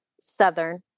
Southern